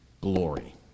glory